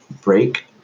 break